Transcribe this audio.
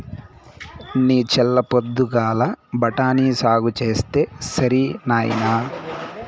నీ చల్ల పొద్దుగాల బఠాని సాగు చేస్తే సరి నాయినా